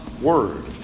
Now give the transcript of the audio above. word